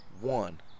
one